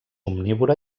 omnívora